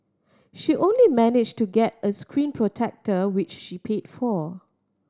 she only manage to get a screen protector which she paid for